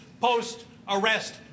post-arrest